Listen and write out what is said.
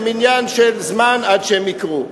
זה עניין של זמן עד שהן יקרו.